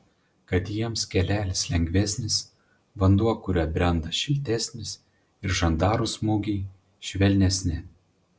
kad jiems kelelis lengvesnis vanduo kuriuo brenda šiltesnis ir žandarų smūgiai švelnesni